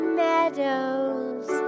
meadows